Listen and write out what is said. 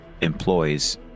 employs